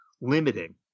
limiting